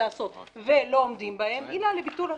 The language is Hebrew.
לעשות ולא עומדים בהם עילה לביטול הרישיון.